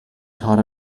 taught